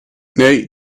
nee